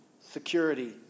security